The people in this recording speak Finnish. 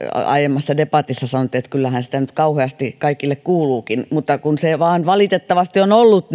aiemmassa debatissa sanottiin että kyllähän sitä kauheasti kaikille kuuluukin mutta se hallituksen arvovalinta vain valitettavasti on ollut